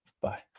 Bye